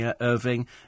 Irving